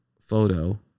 photo